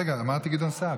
רגע, אמרתי גדעון סער.